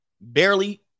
Barely